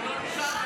אנחנו לא נישן